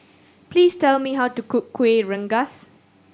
please tell me how to cook Kueh Rengas